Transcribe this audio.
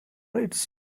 its